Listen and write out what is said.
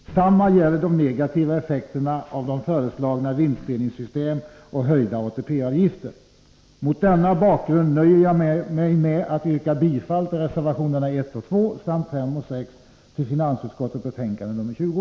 Detsamma gäller de negativa effekterna av föreslagna vinstdelningssystem och höjda ATP avgifter. Mot denna bakgrund nöjer jag mig med att yrka bifall till reservationerna 1 och 2 samt 5 och 6 vid finansutskottets betänkande nr 20.